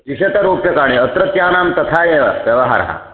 द्विशतरूप्यकाणि अत्रत्यानां तथा एव व्यवहारः